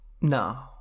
No